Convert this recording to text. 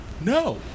No